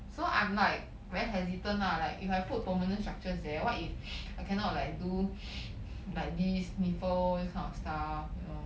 so I'm like very hesitant lah like if I put permanent structures there what if I cannot like do like this sniffle this kind of stuff you know